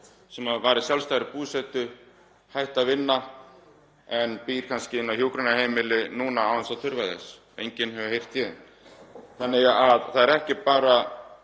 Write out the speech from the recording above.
sem var í sjálfstæðri búsetu, hætt að vinna en býr kannski á hjúkrunarheimili núna án þess að þurfa þess? Enginn hefur heyrt í þeim. Þannig að það er ekki bara